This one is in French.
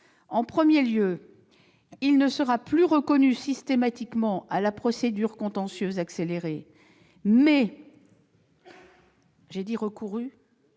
En premier lieu, il ne sera plus recouru systématiquement à la procédure contentieuse accélérée, mais uniquement